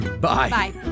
Bye